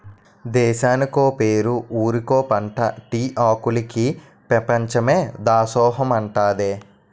దేశానికో పేరు ఊరికో పంటా టీ ఆకులికి పెపంచమే దాసోహమంటాదే